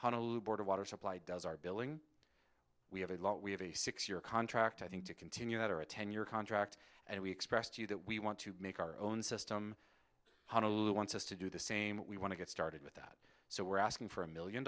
honolulu board of water supply does our billing we have a lot we have a six year contract i think to continue that or a ten year contract and we expressed to you that we want to make our own system on a lot wants us to do the same we want to get started with that so we're asking for a million